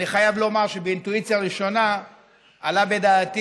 אני חייב לומר שבאינטואיציה ראשונה עלה בדעתי